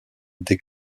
des